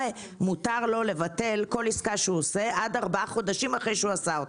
מותר לו לבטל כל עסקה שהוא עושה עד ארבעה חודשים אחרי שהוא עשה אותה.